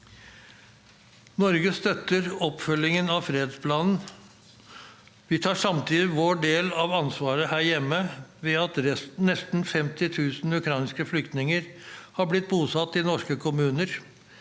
Norge støtter oppfølgingen av fredsplanen. Vi tar samtidig vår del av ansvaret – her hjemme ved at nesten 50 000 ukrainske flyktninger er blitt bosatt i norske kommuner,